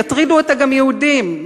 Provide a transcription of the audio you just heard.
יטרידו אותה גם יהודים.